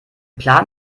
plan